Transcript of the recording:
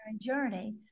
journey